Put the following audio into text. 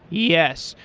yes.